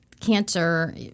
Cancer